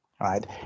right